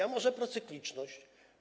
A może procykliczność?